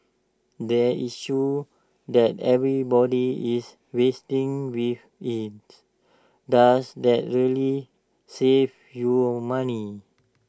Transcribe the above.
the issue that everybody is wrestling with is does that really save you money